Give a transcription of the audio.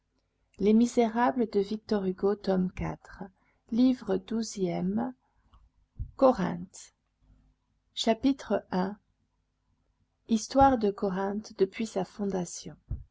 livre douzième corinthe chapitre i histoire de corinthe depuis sa fondation